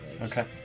Okay